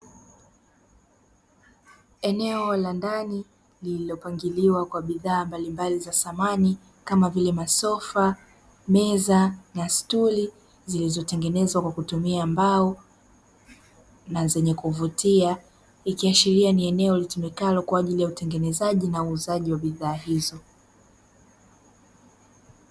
Eneo la ndani lililopangiliwa kwa bidhaa mbalimbali za samani kama vile: masofa, meza na stuli; zilizotengenezwa kwa kutumia mbao na zenye kuvutia. Ikiashiria ni eneo litumikalo kwa ajili ya utengenezaji na uuzaji wa bidhaa hizo.